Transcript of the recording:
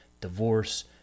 divorce